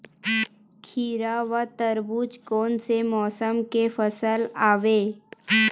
खीरा व तरबुज कोन से मौसम के फसल आवेय?